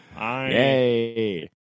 Yay